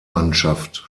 mannschaft